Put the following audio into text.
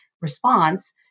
response